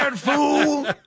fool